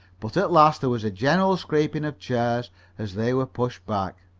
but at last there was a general scraping of chairs as they were pushed back.